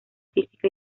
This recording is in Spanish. física